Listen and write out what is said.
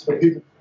People